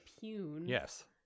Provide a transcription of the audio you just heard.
yes